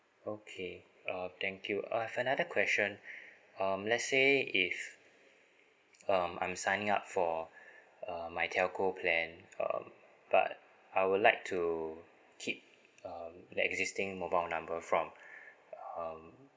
okay uh thank you uh I've another question um let's say if um I'm signing up for uh my telco plan um but I would like to keep um that existing mobile number from um